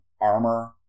armor